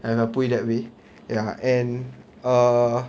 and I put it that way ya and err